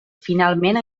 finalment